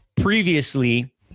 previously